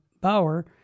Bauer